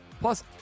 plus